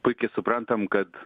puikiai suprantam kad